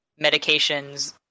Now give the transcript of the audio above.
medications